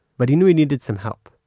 but he knew he needed some help.